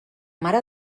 mare